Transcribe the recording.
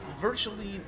virtually